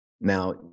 now